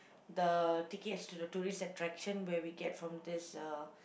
the tickets to the tourist attraction where we get from this uh